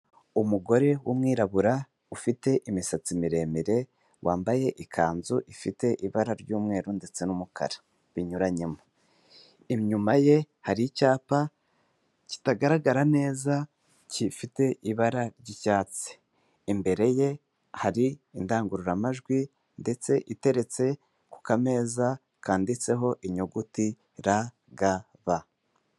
Umugore w'umwirabura ufite imisatsi miremire wambaye ikanzu ifite ibara ry'umweru ndetse n'umukara binyuranyemo, inyuma ye hari icyapa kitagaragara neza gifite ibara ry'icyatsi, imbere ye hari indangururamajwi ndetse iteretse ku kameza kandiditseho inyuguti ra, ga, ba.